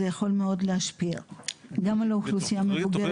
זה יכול מאוד להשפיע גם על אוכלוסייה מבוגרת -- גברתי,